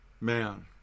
man